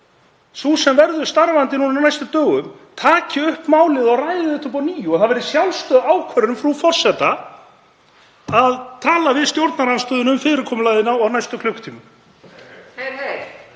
sú sem verður starfandi nú á næstu dögum, taki málið upp og ræði þetta að nýju, og það verði sjálfstæð ákvörðun frú forseta að tala við stjórnarandstöðuna um fyrirkomulagið á næstu klukkutímum.